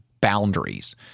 boundaries